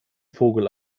vogel